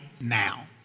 now